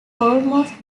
almost